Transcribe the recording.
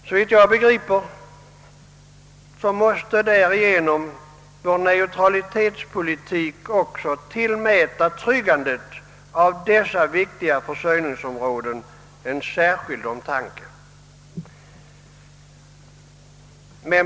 Såvitt jag begriper måste därigenom vår neutralitetspolitik också tillmäta tryggandet av dessa viktiga försörjningsområden en särskild betydelse.